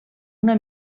una